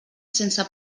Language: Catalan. sense